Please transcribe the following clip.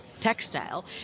textile